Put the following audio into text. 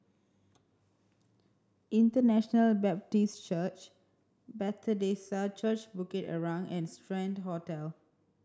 International Baptist Church Bethesda Church Bukit Arang and Strand Hotel